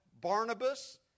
Barnabas